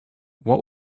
what